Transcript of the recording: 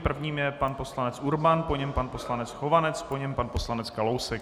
Prvním je pan poslanec Urban, po něm pan poslanec Chovanec, po něm pan poslanec Kalousek.